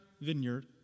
vineyard